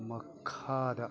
ꯃꯈꯥꯗ